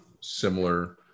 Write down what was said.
similar